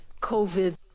covid